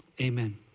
Amen